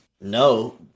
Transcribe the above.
no